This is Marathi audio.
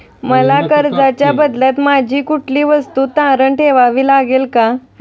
मला कर्जाच्या बदल्यात माझी कुठली वस्तू तारण ठेवावी लागेल का?